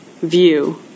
view